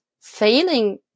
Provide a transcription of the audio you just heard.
failing